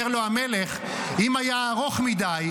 אומר לו המלך: אם היה ארוך מדי,